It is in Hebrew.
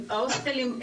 ההוסטלים,